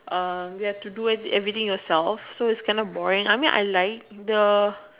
we have to do everything yourself so is kind of boring I mean I like the